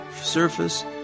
surface